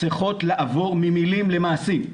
צריכות לעבור ממילים למעשים.